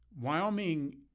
Wyoming